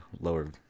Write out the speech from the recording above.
lower